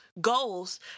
goals